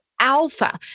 alpha